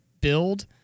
build